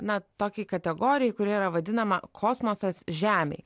na tokiai kategorijai kuri yra vadinama kosmosas žemei